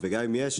וגם אם יש,